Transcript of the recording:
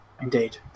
Indeed